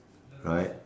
right